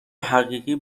حقیقی